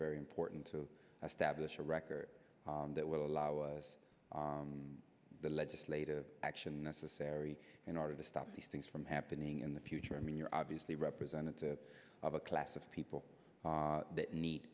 very important to establish a record that would allow us the legislative action necessary in order to stop these things from happening in the future i mean you're obviously representative of a class of people that ne